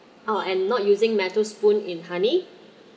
oh and not using metal spoon in honey